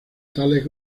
tales